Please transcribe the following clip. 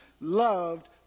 loved